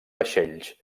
vaixells